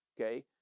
okay